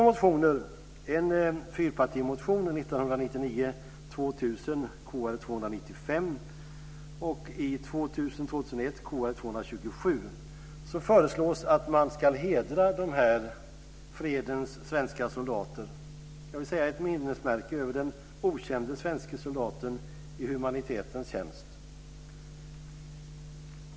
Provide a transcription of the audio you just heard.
Det är något som vi andra som har klarat oss kan vara tacksamma för.